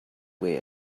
way